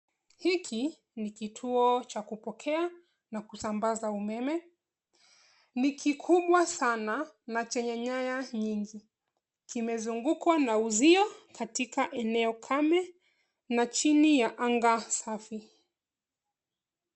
Hiki ni kituo cha kupokea na kusambaza umeme. Ni kikubwa sana na chenye nyaya nyingi, kimezungukwa na uzio katika eneo kame na chini ya anga safi.